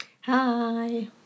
Hi